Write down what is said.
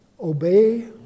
obey